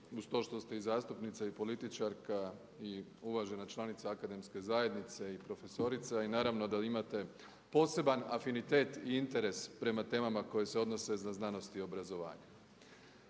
uz to što ste i zastupnica i političarka i uvažena članica akademske zajednice i profesorica i naravno da imate poseban afinitet i interes prema temama koje se odnose za znanost i obrazovanje.